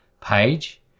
page